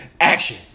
action